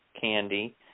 candy